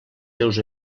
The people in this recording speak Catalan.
teus